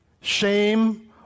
shame